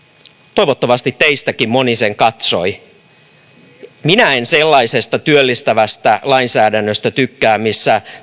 toivottavasti teistäkin moni sen katsoi minä en sellaisesta työllistävästä lainsäädännöstä tykkää missä